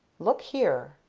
look here!